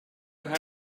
her